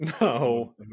No